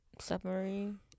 Submarine